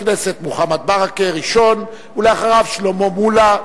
חבר הכנסת מוחמד ברכה ראשון, ואחריו, שלמה מולה,